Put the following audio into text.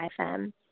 FM